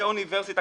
זה אוניברסיטה.